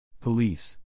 Police